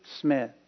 Smith